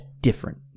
different